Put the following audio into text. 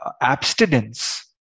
abstinence